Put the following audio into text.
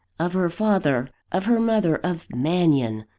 of her father, of her mother, of mannion,